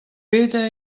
petra